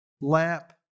lap